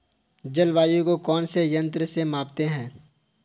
जलवायु को कौन से यंत्र से मापते हैं?